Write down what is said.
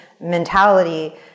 mentality